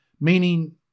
Meaning